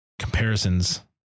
comparisons